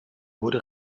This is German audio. wurde